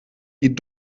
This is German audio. die